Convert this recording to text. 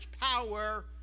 power